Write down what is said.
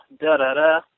da-da-da